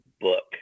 book